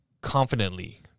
confidently